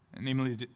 namely